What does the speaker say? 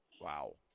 wow